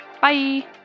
Bye